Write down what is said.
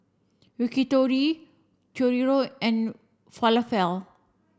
Yakitori Chorizo and Falafel